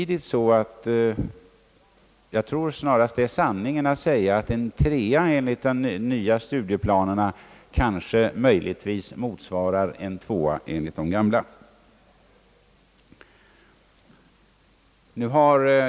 Det är snarare med sanningen överensstämmande att en trea enligt de nya studieplanerna möjligtvis kan motsvara en tvåa enligt de gamla.